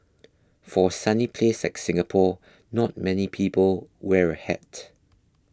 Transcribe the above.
for sunny place like Singapore not many people wear a hat